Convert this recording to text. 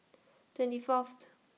twenty Fourth